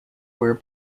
were